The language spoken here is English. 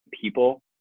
people